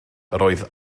roedd